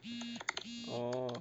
oh